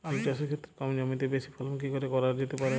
আলু চাষের ক্ষেত্রে কম জমিতে বেশি ফলন কি করে করা যেতে পারে?